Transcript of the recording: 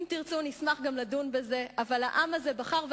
אם תרצו נשמח גם לדון בזה אבל העם הזה בחר,